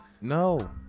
No